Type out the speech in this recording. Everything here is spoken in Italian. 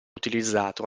utilizzato